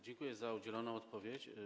Dziękuję za udzieloną odpowiedź.